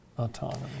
Autonomy